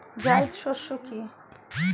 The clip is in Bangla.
জায়িদ শস্য কি?